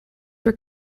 were